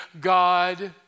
God